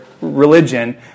religion